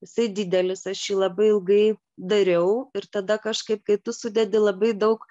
jisai didelis aš jį labai ilgai dariau ir tada kažkaip kai tu sudedi labai daug